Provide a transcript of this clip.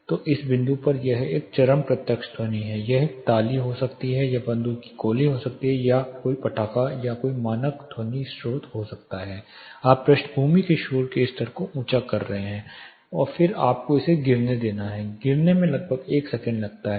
तो इस बिंदु पर यह चरम प्रत्यक्ष ध्वनि है यह एक ताली हो सकती है यह बंदूक की गोली हो सकती है या यह एक पटाखा या कोई भी मानक ध्वनि स्रोत हो सकता है आप पृष्ठभूमि के शोर के स्तर को ऊंचा कर रहे हैं और फिर आपका इसे गिरने देना है गिरने में इसे लगभग 1 सेकंड लगता है